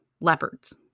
leopards